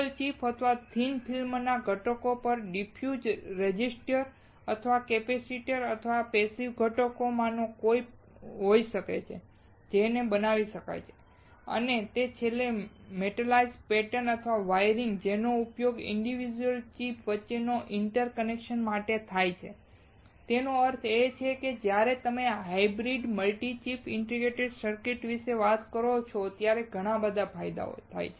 single chip અથવા thin ફિલ્મના ઘટકો પર ડિફ્યુઝ રેઝિસ્ટર અથવા કેપેસિટર કેટલાક પેસિવ ઘટકો માંનો હોઈ શકે છે જેને બનાવી શકાય છે અને છેલ્લે મેટલાઇઝ્ડ પેટર્ન અથવા વાયરિંગ નો ઉપયોગ ઇન્ડિવિડ્યુઅલ ચિપ વચ્ચેના ઇન્ટરકનેક્શન માટે થાય છે તેનો અર્થ એ કે જ્યારે તમે hybrid multi chip integrated circuits વિશે વાત કરો ત્યારે ઘણા ફાયદા થાય છે